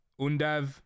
Undav